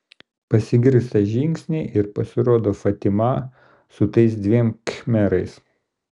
pasigirsta žingsniai ir pasirodo fatima su tais dviem khmerais